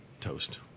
toast